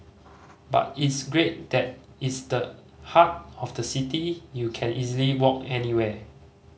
but it's great that it's the heart of the city you can easily walk anywhere